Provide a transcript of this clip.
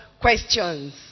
questions